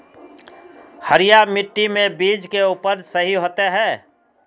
हरिया मिट्टी में बीज के उपज सही होते है?